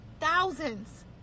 Thousands